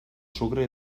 sucre